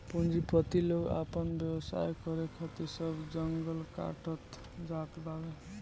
पूंजीपति लोग आपन व्यवसाय करे खातिर सब जंगल काटत जात बावे